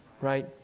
right